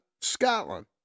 Scotland